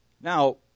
Now